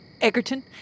Egerton